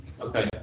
Okay